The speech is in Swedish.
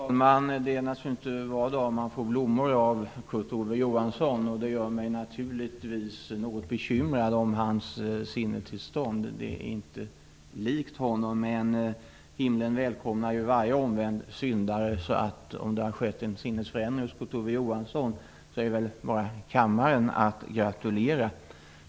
Fru talman! Det är naturligtvis inte varje dag som man får blommor av Kurt Ove Johansson. Det gör mig naturligtvis något bekymrad om hans sinnestillstånd. Det är inte likt honom. Men himlen välkomnar ju varje omvänd syndare. Om det har skett en sinnesförändring hos Kurt Ove Johansson är kammaren bara att gratulera.